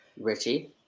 Richie